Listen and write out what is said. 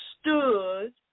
stood